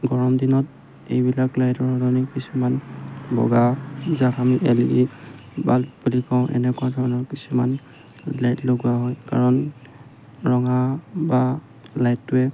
গৰম দিনত এইবিলাক লাইটৰ অন্য কিছুমান বগা যাক আমি এল ই ডি বাল্ব বুলি কওঁ এনেকুৱা ধৰণৰ কিছুমান লাইট লগোৱা হয় কাৰণ ৰঙা বা লাইটটোৱে